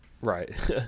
Right